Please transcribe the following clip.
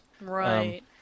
Right